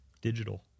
digital